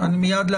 הצגה